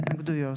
בהתנגדויות.